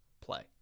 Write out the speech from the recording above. play